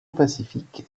pacifique